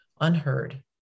unheard